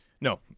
No